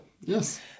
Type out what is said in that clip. Yes